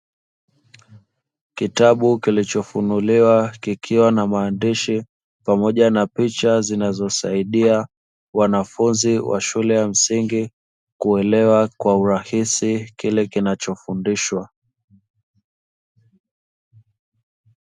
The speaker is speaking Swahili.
Kitabu kilichofunuliwa kikiwa na maandishi pamoja na picha zinazosaidia wanafunzi wa shule ya msingi kuelewa kwa urahisi kile kinachofundishwa.